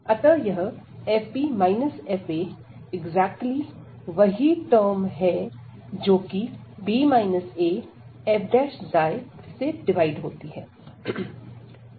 अतः यह fb fa exactly वही टर्म है जो किf से डिवाइड होती है